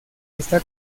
está